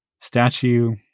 statue